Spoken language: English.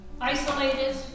isolated